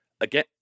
Again